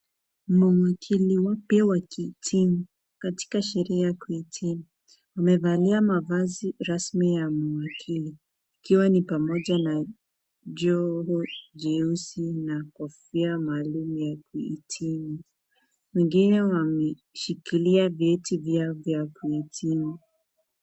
Mawakili wapya wakihitimu katika sherehe ya kuhitimu. Wamevalia mavazi rasmi ya mawakili, ikiwa ni pamoja na joho jeusi na kofia rasmi ya kuhitimu. Wengine wameshikilia vyeti vyao vya kuhitimu.